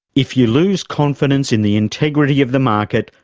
if you lose confidence in the integrity of the market,